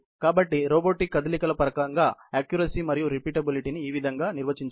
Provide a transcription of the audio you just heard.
కాబట్టి రోబోటిక్ కదలికల పరంగా అక్క్యురసీ మరియు రిపీటబిలిటీ ను ఈ విధంగా నిర్వచించవచ్చు